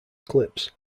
clips